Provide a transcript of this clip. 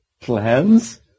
Plans